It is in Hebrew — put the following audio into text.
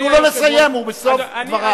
תנו לו לסיים, הוא בסוף דבריו.